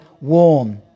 warm